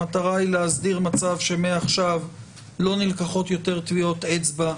המטרה היא להסדיר מצב שמעכשיו לא נלקחות יותר טביעות אצבע,